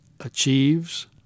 achieves